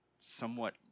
somewhat